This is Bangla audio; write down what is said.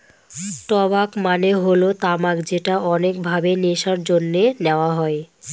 টবাক মানে হল তামাক যেটা অনেক ভাবে নেশার জন্যে নেওয়া হয়